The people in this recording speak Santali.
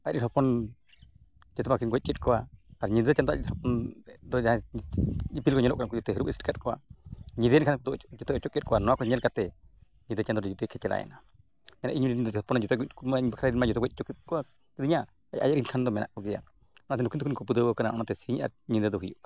ᱟᱡ ᱦᱚᱯᱚᱱ ᱡᱚᱛᱚ ᱢᱟᱹᱠᱤᱱ ᱜᱚᱡ ᱠᱮᱫ ᱠᱚᱣᱟ ᱟᱨ ᱧᱤᱫᱟᱹ ᱪᱟᱸᱫᱳ ᱟᱡ ᱦᱚᱯᱚᱱ ᱛᱮᱫ ᱫᱚ ᱡᱟᱦᱟᱸᱭ ᱤᱯᱤᱞ ᱠᱚ ᱧᱮᱞᱚᱜ ᱠᱟᱱᱟ ᱩᱱᱠᱩ ᱡᱚᱛᱚᱭ ᱦᱟᱹᱨᱩᱵ ᱮᱥᱮᱫ ᱠᱮᱫ ᱠᱚᱣᱟ ᱧᱤᱫᱟᱹᱭᱮᱱ ᱠᱷᱟᱱ ᱡᱚᱛᱚᱭ ᱚᱪᱚᱜ ᱠᱮᱫ ᱠᱚᱣᱟ ᱱᱚᱣᱟ ᱠᱚ ᱧᱮᱞ ᱠᱟᱛᱮᱫ ᱧᱤᱫᱟᱹ ᱪᱟᱸᱫᱳ ᱫᱚᱭ ᱮᱱᱟ ᱤᱧᱦᱚᱸ ᱤᱧᱨᱮᱱ ᱦᱚᱯᱚᱱᱤᱧ ᱡᱚᱴᱟᱣ ᱟᱹᱜᱩᱭᱮᱫ ᱠᱚᱢᱟ ᱤᱧ ᱵᱟᱠᱷᱨᱟ ᱢᱟ ᱡᱚᱛᱚᱭ ᱜᱚᱡ ᱦᱚᱪᱚ ᱠᱮᱫ ᱠᱚᱣᱟ ᱛᱳ ᱤᱧᱟᱹᱜ ᱟᱨ ᱟᱡᱨᱮᱱ ᱠᱷᱟᱱ ᱫᱚ ᱢᱮᱱᱟᱜ ᱠᱚᱜᱮᱭᱟ ᱚᱱᱟᱛᱮ ᱱᱩᱠᱩᱤ ᱫᱚᱠᱤᱱ ᱠᱷᱩᱯᱫᱟᱹᱣ ᱟᱠᱟᱱᱟ ᱚᱱᱟᱛᱮ ᱥᱤᱧ ᱟᱨ ᱧᱤᱫᱟᱹ ᱫᱚ ᱦᱩᱭᱩᱜ ᱠᱟᱱᱟ